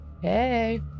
Hey